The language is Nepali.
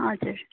हजुर